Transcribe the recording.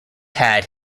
had